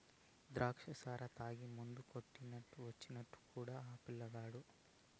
దాచ్చా సారా తాగి మందు కొట్టి వచ్చినట్టే ఉండాడు ఆ పిల్లగాడు